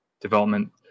development